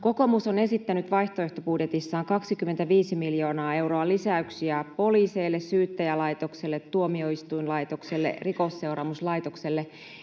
Kokoomus on esittänyt vaihtoehtobudjetissaan 25 miljoonaa euroa lisäyksiä poliiseille, Syyttäjälaitokselle, tuomioistuinlaitokselle ja Rikosseuraamuslaitokselle